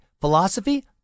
philosophy